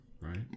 right